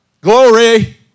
Glory